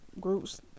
groups